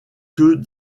que